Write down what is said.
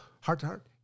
heart-to-heart